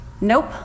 nope